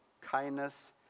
kindness